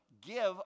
give